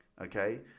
Okay